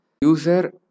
User